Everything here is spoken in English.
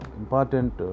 important